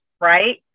right